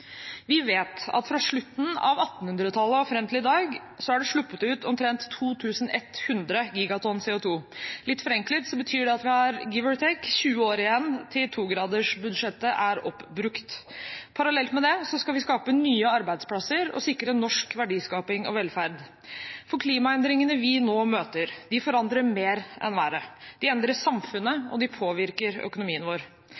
Vi vet at fra slutten av 1800-tallet og fram til i dag er det sluppet ut omtrent 2 100 gigatonn CO 2 . Litt forenklet betyr det at vi har, «give or take», 20 år igjen til 2-gradersbudsjettet er oppbrukt. Parallelt med det skal vi skape nye arbeidsplasser og sikre norsk verdiskaping og velferd. For klimaendringene vi nå møter, forandrer mer enn været. De endrer samfunnet, og de påvirker økonomien vår.